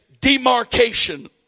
demarcation